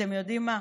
ואתם יודעים מה?